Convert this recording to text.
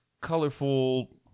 colorful